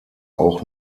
auch